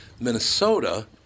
Minnesota